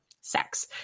sex